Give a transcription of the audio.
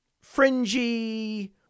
fringy